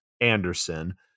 Anderson